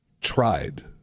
tried